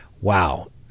Wow